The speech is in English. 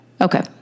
Okay